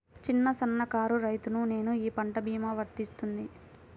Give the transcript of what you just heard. చిన్న సన్న కారు రైతును నేను ఈ పంట భీమా వర్తిస్తుంది?